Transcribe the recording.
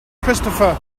christopher